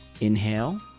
Inhale